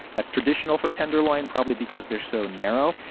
that's traditional for tenderloin, probably because they're so narrow.